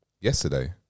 Yesterday